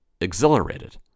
exhilarated